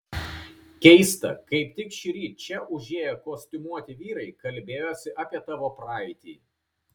keista kaip tik šįryt čia užėję kostiumuoti vyrai kalbėjosi apie tavo praeitį